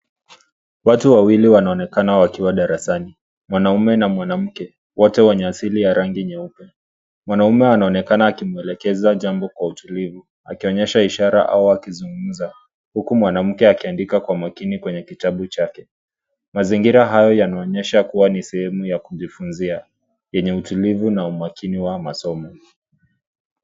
Watu wawili wanaonekana wakiwa darasani. Mwanume na mwanamke, wote wenye asili wa rangi ya nyeupe. Mwananume anaonekana akimwelekeza jambo kwa utulivu akionyesha ishara au wakikuzungumza, huku mwanamke akiandika kwa makini kwenye kitabu chake. Mazingira hayo yanaonyesha kuwa ni sehemu ya kujifunzia yenye utulivu na umakini wa masomo.